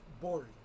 boring